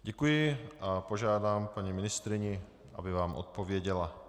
Děkuji a požádám paní ministryni, aby vám odpověděla.